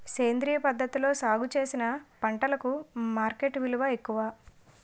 సేంద్రియ పద్ధతిలో సాగు చేసిన పంటలకు మార్కెట్ విలువ ఎక్కువ